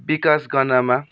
विकास गर्नमा